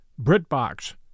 BritBox